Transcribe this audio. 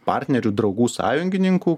partnerių draugų sąjungininkų